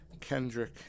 Kendrick